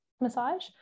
massage